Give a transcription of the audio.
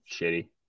shitty